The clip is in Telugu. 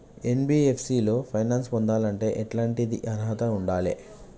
ఎన్.బి.ఎఫ్.సి లో ఫైనాన్స్ పొందాలంటే ఎట్లాంటి అర్హత ఉండాలే?